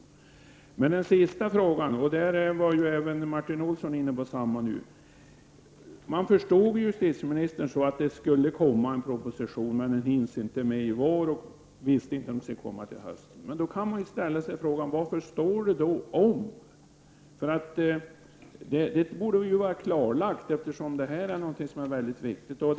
Beträffande den sista frågan var även Martin Olsson inne på samma linje, nämligen att man kunde tolka justitieministern på ett sådant sätt att det skulle läggas fram en proposition, men att justitieministern inte hinner lägga fram den i vår och att hon inte visste om den skulle läggas fram till hösten. Då kan man undra varför det står ”om”. Eftersom det här är en mycket viktig fråga borde detta var klarlagt.